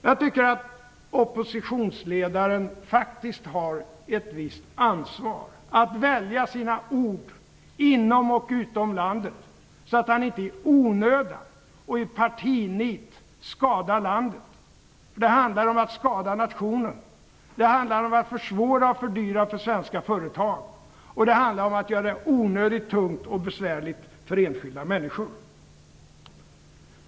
Jag tycker att oppositionsledaren faktiskt har ett visst ansvar att välja sina ord inom och utom landet så att han inte i onödan och i partinit skadar landet, för det handlar om att skada nationen. Det handlar om att försvåra och fördyra för svenska företag och det handlar om att göra det onödigt tungt och besvärligt för enskilda människor.